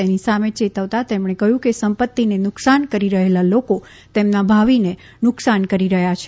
તેની સામે ચેતવતાં તેમણે કહ્યુંકે સંપત્તિને નુકસાન કરી રહેલા લોકો તેમના ભાવિને નુકસાન કરી રહ્યા છે